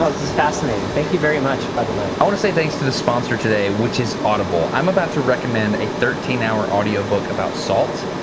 ah is is fascinating. thank you very much, by the way. i wanna say thanks to the sponsor today, which is audible. audible. i'm about to recommend a thirteen hour audiobook about salt,